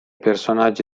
personaggi